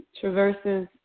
traverses